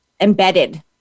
embedded